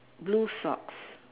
blue socks